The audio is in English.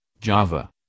Java